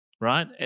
right